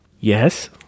Yes